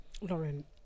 Lauren